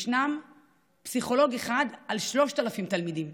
ישנו פסיכולוג אחד על 3,000 תלמידים.